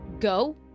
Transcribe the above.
go